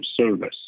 service